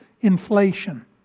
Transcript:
inflation